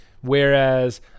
Whereas